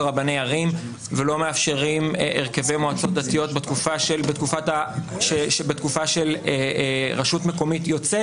רבני ערים ולא מאפשרים הרכבי מועצות דתיות בתקופה של רשות מקומית יוצאת.